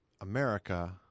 America